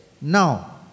Now